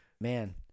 Man